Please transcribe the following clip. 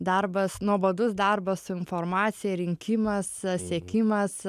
darbas nuobodus darbas su informacija rinkimas sekimas